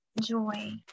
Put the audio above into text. joy